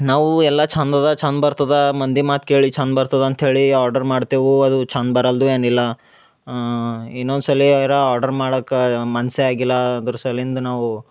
ನಾವು ಎಲ್ಲ ಚಂದ್ ಅದ ಚಂದ್ ಬರ್ತದ ಮಂದಿ ಮಾತು ಕೇಳಿ ಚಂದ್ ಬರ್ತದ ಅಂತ ಹೇಳಿ ಆರ್ಡರ್ ಮಾಡ್ತೇವು ಅದು ಚಂದ್ ಬರಲ್ದು ಏನಿಲ್ಲ ಇನ್ನೊಂದು ಸಲಿ ಏನಾರ ಆರ್ಡರ್ ಮಾಡಾಕ ಮನಸ್ಸೇ ಆಗಿಲ್ಲ ಅದ್ರ ಸಲಿಂದ ನಾವು